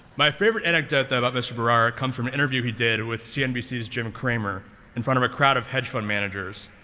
my favorite anecdote about mr. bharara comes from an interview he did with cnbc's jim cramer in front of a crowd of hedge fund managers.